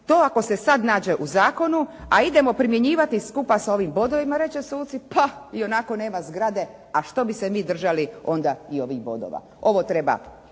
To ako se sada nađe u zakonu, a idemo primjenjivati skupa sa ovim bodovima, reće suci, pa i onako nema zgrade, a što bi se mi držali onda i ovih bodova. Ovo treba